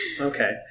Okay